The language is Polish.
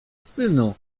synu